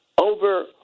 over